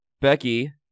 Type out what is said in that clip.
Becky